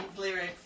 lyrics